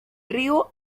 río